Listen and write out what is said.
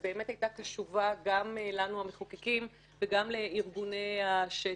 ובאמת הייתה קשובה גם לנו המחוקקים וגם לארגוני השטח.